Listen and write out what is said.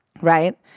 right